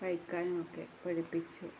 വായിക്കാനുമൊക്കെ പഠിപ്പിച്ചു